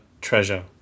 treasure